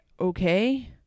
okay